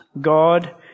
God